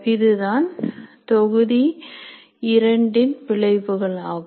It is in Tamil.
இதுதான் தொகுதி இரண்டின் விளைவுகளாகும்